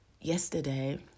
yesterday